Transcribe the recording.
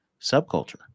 subculture